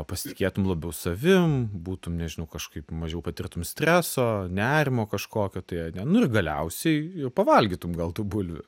pasitikėtum labiau savim būtum nežinau kažkaip mažiau patirtum streso nerimo kažkokio tai ane nu ir galiausiai jau pavalgytum gal tų bulvių